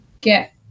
get